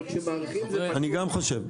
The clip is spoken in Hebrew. אני גם חושב.